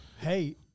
hey